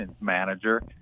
manager